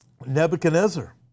Nebuchadnezzar